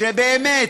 שבאמת,